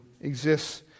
exists